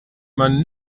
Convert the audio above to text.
man